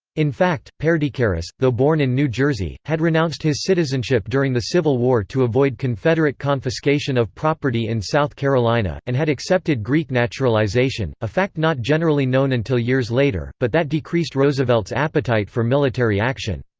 in fact, perdicaris, though born in new jersey, had renounced his citizenship during the civil war to avoid confederate confiscation of property in south carolina, and had accepted greek naturalization, a fact not generally known until years later, but that decreased roosevelt's appetite for military action.